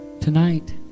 Tonight